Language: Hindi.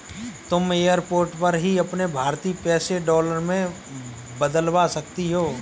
तुम एयरपोर्ट पर ही अपने भारतीय पैसे डॉलर में बदलवा सकती हो